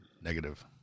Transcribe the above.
Negative